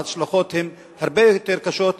וההשלכות הן הרבה יותר קשות,